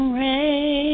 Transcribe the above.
rain